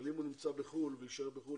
אבל אם הוא נמצא בחו"ל ויישאר בחו"ל,